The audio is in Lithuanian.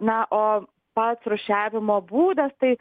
na o pats rūšiavimo būdas tai